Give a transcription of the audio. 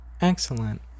Excellent